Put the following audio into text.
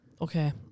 Okay